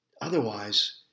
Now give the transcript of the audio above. Otherwise